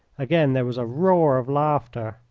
again there was a roar of laughter.